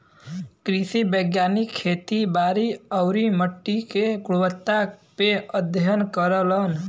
कृषि वैज्ञानिक खेती बारी आउरी मट्टी के गुणवत्ता पे अध्ययन करलन